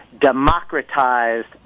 democratized